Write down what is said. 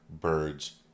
birds